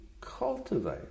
cultivate